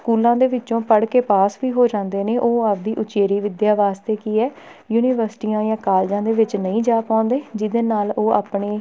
ਸਕੂਲਾਂ ਦੇ ਵਿੱਚੋਂ ਪੜ੍ਹ ਕੇ ਪਾਸ ਵੀ ਹੋ ਜਾਂਦੇ ਨੇ ਉਹ ਆਪਣੀ ਉਚੇਰੀ ਵਿੱਦਿਆ ਵਾਸਤੇ ਕੀ ਹੈ ਯੂਨੀਵਰਸਿਟੀਆਂ ਜਾਂ ਕਾਲਜਾਂ ਦੇ ਵਿੱਚ ਨਹੀਂ ਜਾ ਪਾਉਂਦੇ ਜਿਹਦੇ ਨਾਲ ਉਹ ਆਪਣੇ